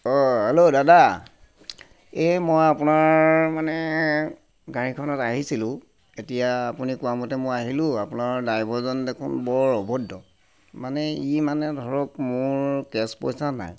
অঁ হেল্ল' দাদা এই মই আপোনাৰ মানে গাড়ীখনত আহিছিলোঁ এতিয়া আপুনি কোৱামতে মই আহিলোঁ আপোনাৰ ড্ৰাইভাৰজন দেখোন বৰ অভদ্ৰ মানে ই মানে ধৰক মোৰ কেশ্ব পইচা নাই